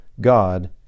God